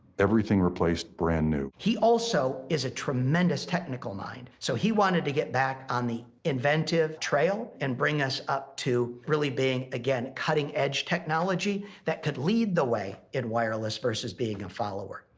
everything replaced. brand new. he also is a tremendous technical mind, so he wanted to get back on the inventive trail and bring us up to really being again, cutting edge technology that could lead the way in wireless versus being a follower.